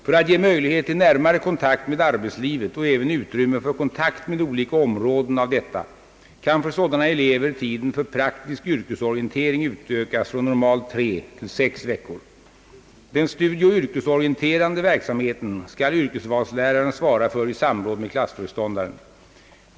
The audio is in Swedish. För att ge möjlighet till närmare kontakt med arbetslivet och även utrymme för kontakt med olika områden av detta kan för sådana elever tiden för praktisk yrkesorientering utökas från normalt tre till sex veckor. Den studieoch yrkesorienterande verksamheten skall yrkesvalsläraren svara för i samråd med klassföreståndaren.